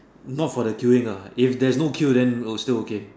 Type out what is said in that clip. not for the queuing lah if there is not queue then will still okay